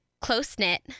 close-knit